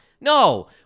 no